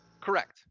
correct